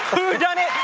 who who done it,